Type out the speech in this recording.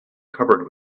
covered